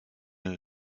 une